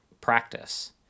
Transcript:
practice